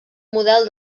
model